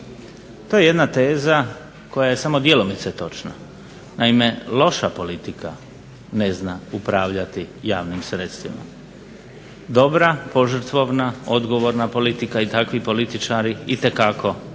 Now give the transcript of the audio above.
To je jedna teza koja je samo djelomice točna. Naime, loša politika ne zna upravljati javnim sredstvima. Dobra, požrtvovna, odgovorna politika i takvi političari itekako znaju